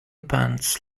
pants